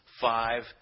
five